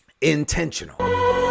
intentional